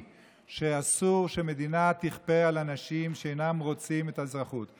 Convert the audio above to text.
שאסור שמדינה תכפה על אנשים שאינם רוצים את האזרחות.